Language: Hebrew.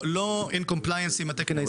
לא עם התקן הישראלי.